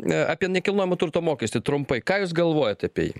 apie nekilnojamo turto mokestį trumpai ką jūs galvojat apie jį